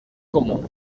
comú